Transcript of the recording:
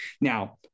Now